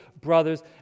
brothers